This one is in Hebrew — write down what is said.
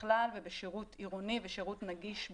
בכלל ובשירות עירוני ושירות נגיש בפרט.